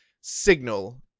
signal